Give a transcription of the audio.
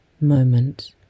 moment